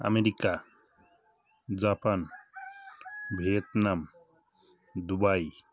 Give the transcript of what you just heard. America Japan Vietnam Dubai